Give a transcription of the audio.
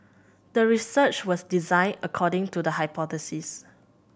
the research was designed according to the hypothesis